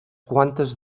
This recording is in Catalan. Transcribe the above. quantes